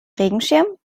regenschirm